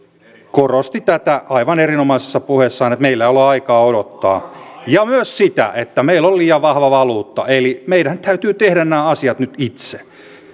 korosti tätä aivan erinomaisessa puheessaan että meillä ei ole aikaa odottaa ja myös sitä että meillä on liian vahva valuutta eli meidän täytyy tehdä nämä asiat nyt itse